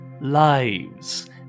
lives